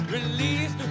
Release